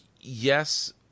yes